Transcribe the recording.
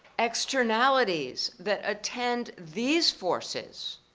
externalities that attend these forces,